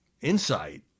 insight